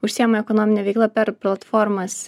užsiima ekonomine veikla per platformas